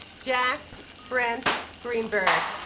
jack brent greenberg